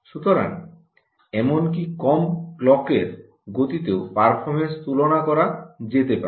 সুতরাং এমনকি কম ক্লকের গতিতেও পারফরম্যান্স তুলনা করা যেতে পারে